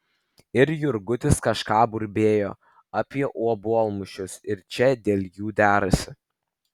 ir jurgutis kažką burbėjo apie obuolmušius ir čia dėl jų derasi